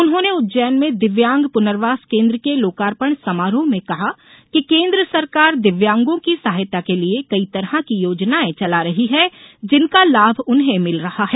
उन्होंने उज्जैन में दिव्यांग पुनर्वास केन्द्र के लोकार्पण समारोह में कहा कि केन्द्र सरकार दिव्यांगों की सहायता के लिये कई तरह की योजनाएं चला रही है जिनका लाभ उन्हें मिल रहा है